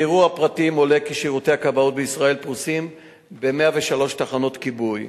מבירור הפרטים עולה כי שירותי הכבאות בישראל פרוסים ב-103 תחנות כיבוי.